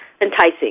enticing